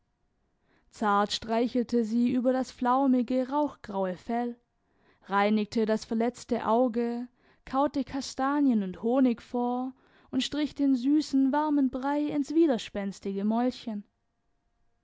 zart streichelte sie über das flaumige rauchgraue fell reinigte das verletzte auge kaute kastanien und honig vor und strich den süßen warmen brei ins widerspenstige mäulchen